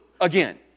again